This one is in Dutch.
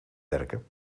werken